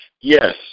Yes